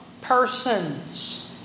persons